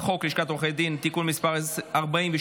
חוק לשכת עורכי הדין (תיקון מס' 42),